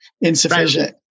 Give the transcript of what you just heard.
insufficient